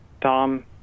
Tom